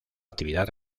actividad